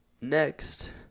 Next